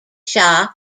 shah